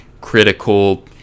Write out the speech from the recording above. critical